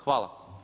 Hvala.